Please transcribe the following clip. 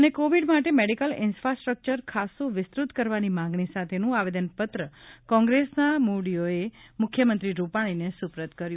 ે કોવિડ માટે medical infrastructure ખાસ્સું વિસ્તૃત કરવાની માંગણી સાથેનું આવેદનપત્ર કોંગ્રસના મોવડીઓએ મુખ્યમંત્રી રૂપાણીએ સુપ્રત કર્યું